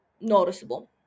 noticeable